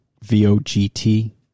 V-O-G-T